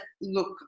look